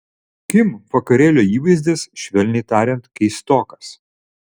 kim vakarėlio įvaizdis švelniai tariant keistokas